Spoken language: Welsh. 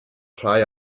rhai